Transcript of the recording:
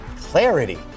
clarity